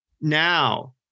Now